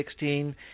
2016